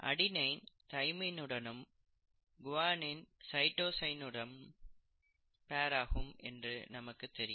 adenine தைமைனுடனும் guanine சைட்டோசினுடனும் pair ஆகும் என்று நமக்கு தெரியும்